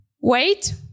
wait